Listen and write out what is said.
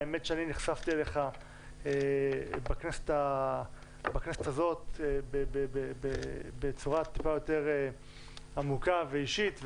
האמת שאני נחשפתי אליך בכנסת הזאת בצורה טיפה יותר עמוקה ואישית,